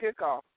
kickoff